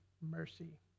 mercy